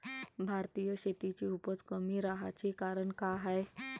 भारतीय शेतीची उपज कमी राहाची कारन का हाय?